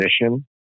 mission